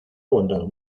aguantado